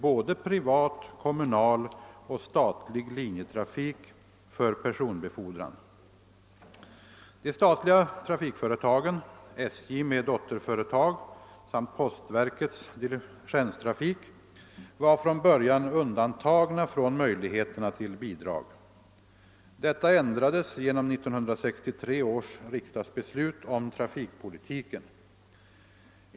både privat, kommunal och statlig linjetrafik för personbefordran. De statli ga trafikföretagen, SJ med dotterföretag samt postverkets diligenstrafik, var från början undantagna från möjligheterna till bidrag. Detta ändrades genom 1963 års riksdagsbeslut om trafikpolitiken.